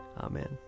Amen